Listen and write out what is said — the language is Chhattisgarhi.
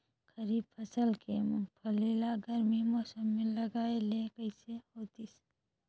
खरीफ फसल के मुंगफली ला गरमी मौसम मे लगाय ले कइसे होतिस?